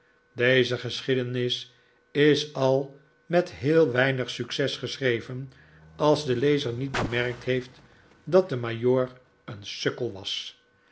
deze geschiedenis is al met heel weinig succes geschreven als de lezer niet bemerkt heeft dat de majoor een sukkel was